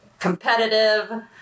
competitive